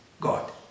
God